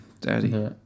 daddy